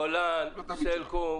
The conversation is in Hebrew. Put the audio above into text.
גולן, סלקום,